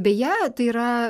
beje tai yra